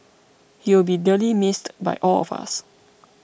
he will be dearly missed by all of us